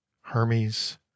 Hermes